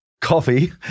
coffee